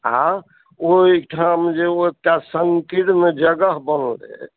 आ ओहिठाम जे एकटा संकीर्ण जगह बनलै